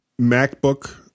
MacBook